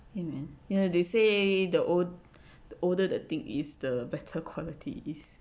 !hey! man you know they say the old older the thing is the better quality is